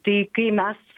tai kai mes